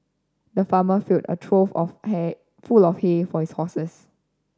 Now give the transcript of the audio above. the farmer filled a trough of hay full of hay for his horses